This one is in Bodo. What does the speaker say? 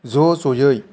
ज' जयै